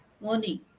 morning